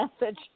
message